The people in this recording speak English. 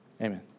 Amen